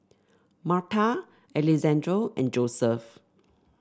Marta Alexandre and Joseph